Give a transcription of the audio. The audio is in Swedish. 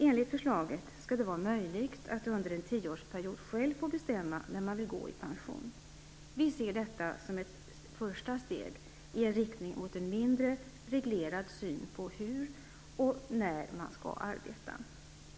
Enligt förslaget skall det vara möjligt att under en tioårsperiod själv bestämma när man vill gå i pension. Vi ser detta som ett första steg i riktning mot en mindre reglerad syn på hur och när man skall arbeta.